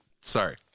Sorry